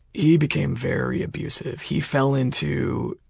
he became very abusive. he fell into.